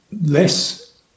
less